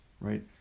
right